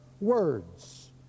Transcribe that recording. words